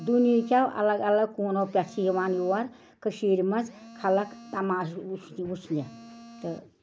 دُنہِکیو الگ الگ کوٗنو پٮ۪ٹھ چھِ یِوان یور کٔشیٖرِ منٛز خلق تماشہٕ وٕچھنہٕ وٕچھنہِ تہٕ